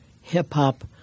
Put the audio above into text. hip-hop